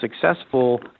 successful